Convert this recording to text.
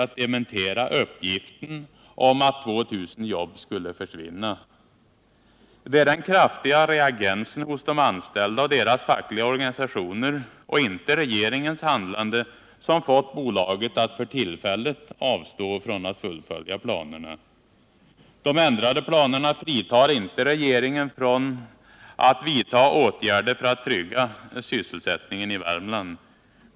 att dementera uppgiften om att 2000 jobb skulle försvinna! Det är den kraftiga reaktionen hos de anställda och deras fackliga organisationer och inte regeringens handlande som fått bolaget att för tillfället avstå från att fullfölja planerna. De ändrade planerna fritar inte regeringen från att vidta åtgärder för att trygga sysselsättningen i Värmland.